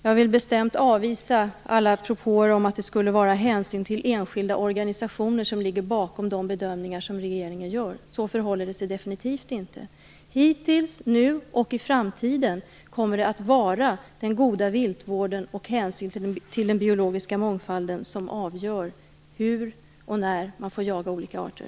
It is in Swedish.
Jag vill bestämt avvisa alla propåer om att det skulle vara hänsyn till enskilda organisationer som ligger bakom de bedömningar som regeringen gör. Så förhåller det sig definitivt inte. Hittills, nu och i framtiden kommer det att vara den goda viltvården och hänsyn till den biologiska mångfalden som avgör hur och när man får jaga olika arter.